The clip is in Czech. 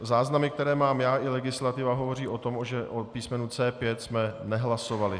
Záznamy, které mám já i legislativa, hovoří o tom, že o písmenu C5 jsme nehlasovali.